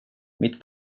mitt